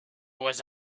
was